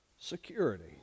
security